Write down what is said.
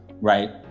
right